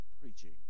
preaching